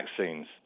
vaccines